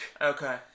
Okay